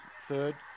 third